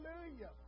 Hallelujah